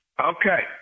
Okay